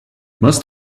must